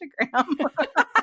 Instagram